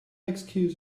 excuse